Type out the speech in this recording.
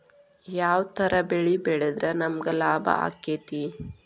ಯಾವ ತರ ಬೆಳಿ ಬೆಳೆದ್ರ ನಮ್ಗ ಲಾಭ ಆಕ್ಕೆತಿ?